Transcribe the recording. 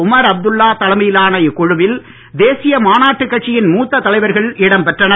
Umar Abdullah தலைமையிலான இக்குழுவில் தேசிய மாநாட்டுக் கட்சியின் மூத்த தலைவர்கள் இடம்பெற்றனர்